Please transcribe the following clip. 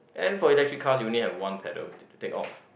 and for electric cars you only have one pedal to take off